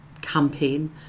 campaign